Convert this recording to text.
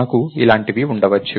నాకు ఇలాంటివి ఉండవచ్చు